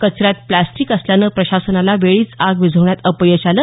कचऱ्यात प्लास्टिक असल्यानं प्रशासनाला वेळीच आग विझवण्यात अपयश आलं